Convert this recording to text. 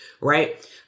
Right